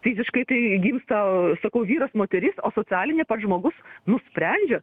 fiziškai tai gimsta sakau vyras moteris o socialinė pats žmogus nusprendžia